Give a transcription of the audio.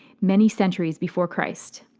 many centuries before christ.